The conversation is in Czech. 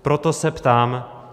Proto se ptám: